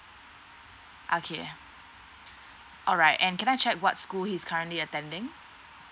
okay alright and can I check what school he's currently attending